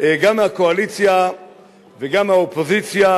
גם מהקואליציה וגם מהאופוזיציה.